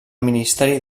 ministeri